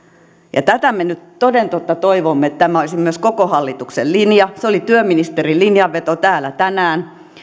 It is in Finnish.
ja tätä me nyt toden totta toivomme että tämä olisi myös koko hallituksen linja se oli työministerin linjanveto täällä tänään